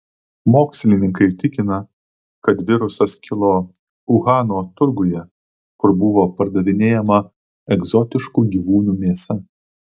mokslininkai tikina kad virusas kilo uhano turguje kur buvo pardavinėjama egzotiškų gyvūnų mėsa